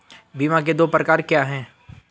बीमा के दो प्रकार क्या हैं?